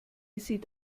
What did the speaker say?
sieht